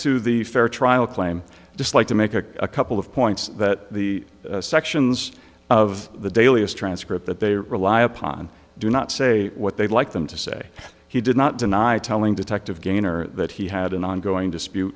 to the fair trial claim just like to make a couple of points that the sections of the daily as transcript that they rely upon do not say what they like them to say he did not deny telling detective gainer that he had an ongoing dispute